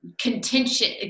contention